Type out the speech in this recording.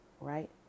Right